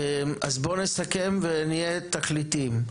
אז בואו נסכם ונהיה תכליתיים.